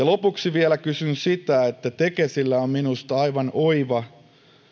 lopuksi vielä kysyn siitä kun tekesillä on minusta aivan oiva